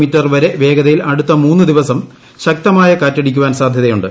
metre വരെ വേഗതയിൽ അടുത്ത മുന്നു ദിവസം ശക്തമായ കാറ്റടിക്കുവാൻ സാധ്യതയുണ്ട്